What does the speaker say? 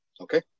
okay